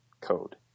code